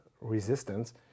resistance